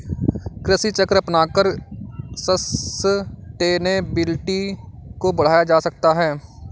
कृषि चक्र अपनाकर सस्टेनेबिलिटी को बढ़ाया जा सकता है